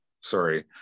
Sorry